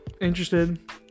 interested